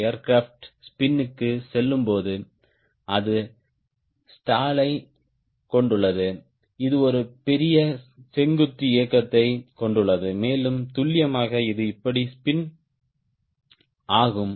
aircraft ஸ்பின்க்குச் செல்லும்போது அது ஸ்டாலைக் கொண்டுள்ளது இது ஒரு பெரிய செங்குத்து இயக்கத்தைக் கொண்டுள்ளது மேலும் துல்லியமாக இது இப்படி ஸ்பின் ஆகும்